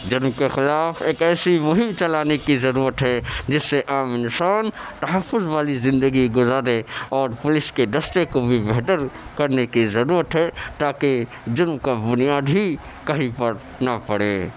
جرم کے خلاف ایک ایسی مہم چلانے کی ضرورت ہے جس سے عام انسان تحفظ والی زندگی گزارے اور پولیس کے دستے کو بھی بہتر کرنے کی ضرورت ہے تاکہ جرم کا بنیاد ہی کہیں پر نہ پڑے